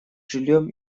жильем